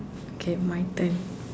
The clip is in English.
okay my turn